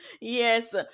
yes